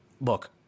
look –